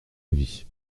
avis